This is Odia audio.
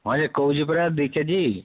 ହଁ ଯେ କହୁଛି ପରା ଦୁଇ କେ ଜି